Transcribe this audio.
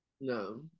No